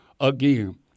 again